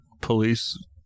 police